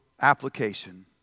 application